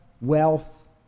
wealth